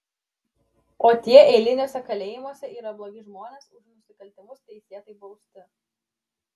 o tie eiliniuose kalėjimuose yra blogi žmonės už nusikaltimus teisėtai bausti